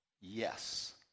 yes